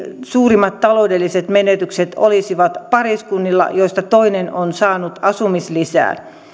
suurimmat taloudelliset menetykset olisivat pariskunnilla joista toinen on saanut asumislisää